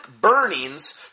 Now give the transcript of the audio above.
burnings